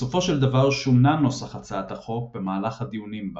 בסופו של דבר שונה נוסח הצעת החוק במהלך הדיונים בה.